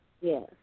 Yes